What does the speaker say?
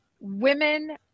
women